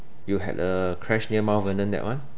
you had a crash near mount vernon that one